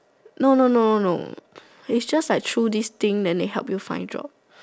no no no no no is just like through this thing then they help you find jobs